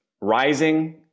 rising